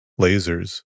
lasers